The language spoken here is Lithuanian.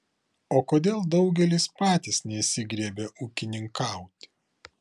o kodėl daugelis patys nesigriebia ūkininkauti